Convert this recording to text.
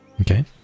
Okay